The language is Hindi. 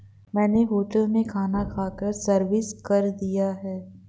मैंने होटल में खाना खाकर सर्विस कर दिया है